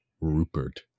Rupert